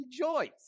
rejoice